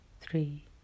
three